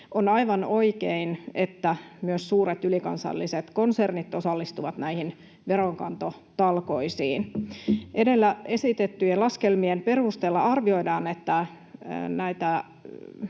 On aivan oikein, että myös suuret ylikansalliset konsernit osallistuvat näihin veronkantotalkoisiin. Edellä esitettyjen laskelmien perusteella arvioidaan, että näitä